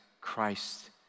Christ